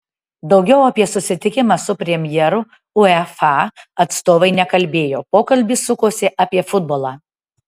daugiau apie susitikimą su premjeru uefa atstovai nekalbėjo pokalbis sukosi apie futbolą